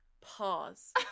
pause